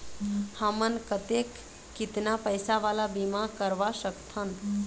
हमन कतेक कितना पैसा वाला बीमा करवा सकथन?